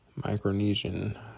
Micronesian